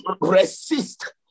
resist